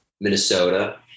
Minnesota